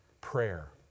Prayer